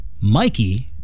Mikey